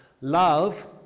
Love